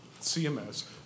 CMS